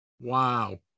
Wow